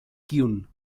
kiun